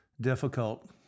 difficult